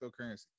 cryptocurrency